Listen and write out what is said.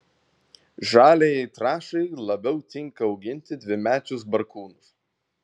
žaliajai trąšai labiau tinka auginti dvimečius barkūnus